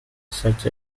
such